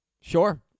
Sure